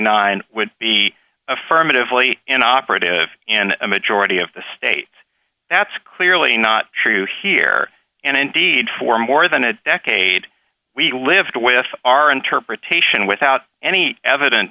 nine would be affirmatively inoperative in a majority of the states that's clearly not true here and indeed for more than a decade we lived with our interpretation without any eviden